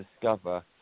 discover